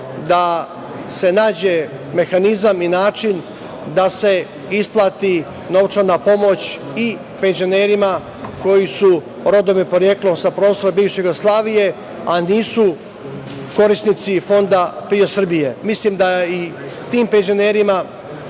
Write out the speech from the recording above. da se nađe mehanizam i način da se isplati novčana pomoć i penzionerima koji su rodom i poreklom sa prostora bivše Jugoslavije, a nisu korisnici Fonda PIO Srbije. Mislim da i tim penzionerima